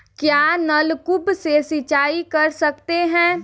क्या नलकूप से सिंचाई कर सकते हैं?